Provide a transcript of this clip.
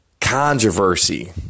controversy